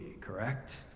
correct